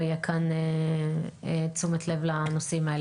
לא יעבור תקציב המדינה הבא אם לא תהיה כאן תשומת לב לנושאים האלה.